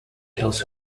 tells